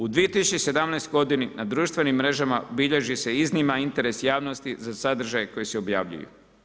U 2017. godini na društvenim mrežama bilježi se izniman interes javnosti za sadržaj koji se objavljuju.